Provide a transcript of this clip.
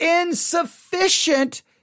insufficient